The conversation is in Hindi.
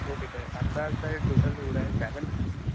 ओके सर आपका सर टोटल हो रहा है सेवन फिफ्टी